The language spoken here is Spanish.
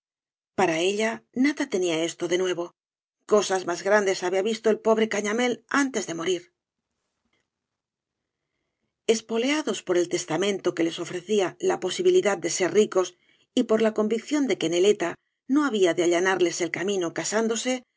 para ella nada tenía esto de nuevo cosas más grandes había visto el pobre cañamal antes de morir espoleados por el testamento que les ofrecía la posibilidad de ser ricos y por la convicción de que neleta no había de allanarles el camino casándose